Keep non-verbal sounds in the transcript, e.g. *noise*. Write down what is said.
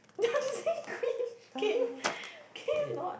*laughs* Dancing Queen can you can you not